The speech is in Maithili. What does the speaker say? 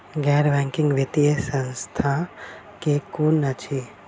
गैर बैंकिंग वित्तीय संस्था केँ कुन अछि?